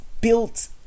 built